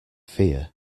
fear